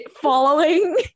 following